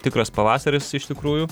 tikras pavasaris iš tikrųjų